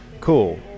Cool